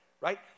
right